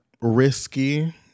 risky